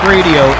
Radio